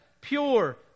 pure